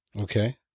Okay